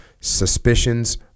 Suspicions